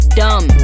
dumb